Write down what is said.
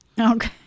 Okay